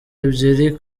ebyiri